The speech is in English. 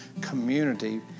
community